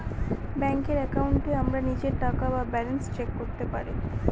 ব্যাঙ্কের একাউন্টে আমরা নিজের টাকা বা ব্যালান্স চেক করতে পারি